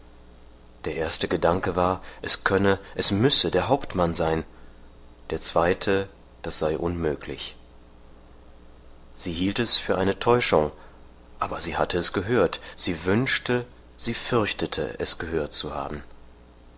der erste gedanke war es könne es müsse der hauptmann sein der zweite das sei unmöglich sie hielt es für täuschung aber sie hatte es gehört sie wünschte sie fürchtete es gehört zu haben